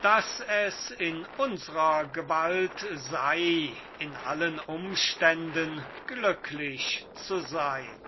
daß es in unsrer gewalt sei in allen umständen glücklich zu sein